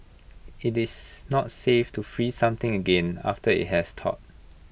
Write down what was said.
IT is not safe to freeze something again after IT has thawed